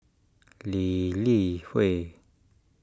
Lee Li Hui